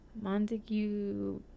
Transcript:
Montague